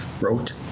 wrote